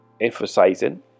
emphasizing